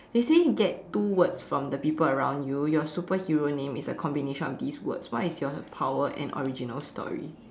they say get two words from the people around you your superhero name is a combination of these words what is your power and original story